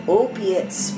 opiates